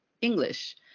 English